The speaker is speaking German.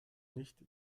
nicht